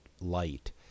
light